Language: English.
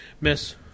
Miss